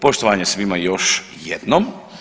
Poštovanje svima još jednom.